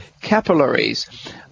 capillaries